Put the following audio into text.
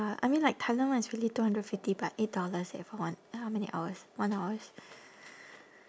uh I mean like thailand one is really two hundred and fifty but eight dollars eh for one how many hours one hours